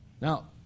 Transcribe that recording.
Now